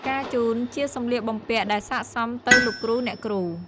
ការជូនជាសម្លៀកបំពាក់ដែលសិក្កសមទៅលោកគ្រូអ្នកគ្រូ។